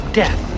death